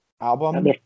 album